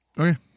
Okay